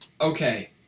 Okay